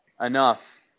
enough